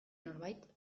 norbait